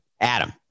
Adam